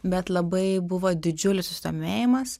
bet labai buvo didžiulis susidomėjimas